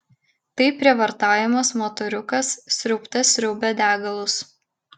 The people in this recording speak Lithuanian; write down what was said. taip prievartaujamas motoriukas sriaubte sriaubė degalus